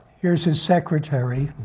here's his secretary,